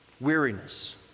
Weariness